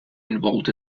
involved